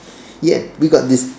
yes we got this